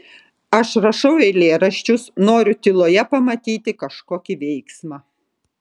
aš rašau eilėraščius noriu tyloje pamatyti kažkokį veiksmą